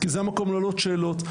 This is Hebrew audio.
כי זה המקום להעלות שאלות.